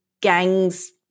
gangs